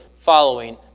following